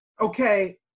okay